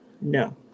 No